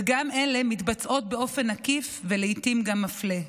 וגם אלה מתבצעות באופן עקיף, ולעיתים גם מפלה.